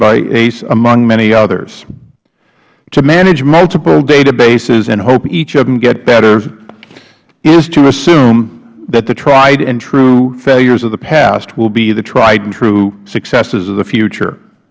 se among many others to manage multiple databases and hope each of them gets better is to assume that the tried and true failures of the past will be the tried and true successes of the future